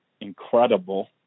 incredible